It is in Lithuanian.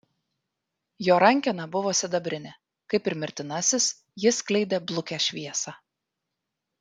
jo rankena buvo sidabrinė kaip ir mirtinasis jis skleidė blukią šviesą